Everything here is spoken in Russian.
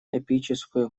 эпическую